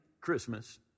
Christmas